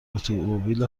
اتومبیل